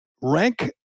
Rank